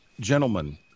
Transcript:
gentlemen